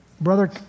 Brother